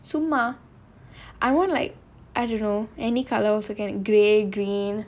சும்மா:summa I want like I don't know any colour also can grey green